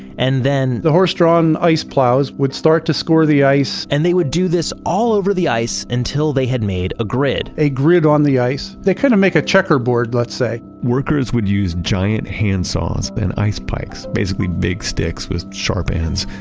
and then, the horse-drawn ice plows would start to score the ice and they would do this all over the ice until they had made a grid a grid on the ice. they could kind of make a checkerboard, let's say workers would use giant handsaws and ice pikes, basically big sticks with sharp ends,